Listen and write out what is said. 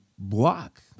block